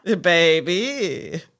Baby